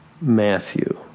Matthew